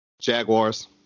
Jaguars